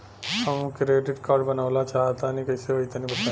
हम credit card बनवावल चाह तनि कइसे होई तनि बताई?